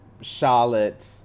Charlotte